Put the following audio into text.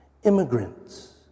Immigrants